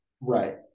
right